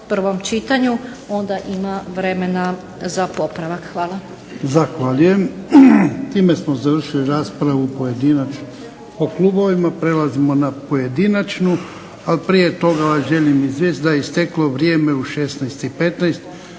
prvom čitanju onda ima vremena za popravak. Hvala.